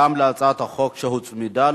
גם הצעת החוק שלו הוצמדה,